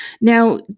Now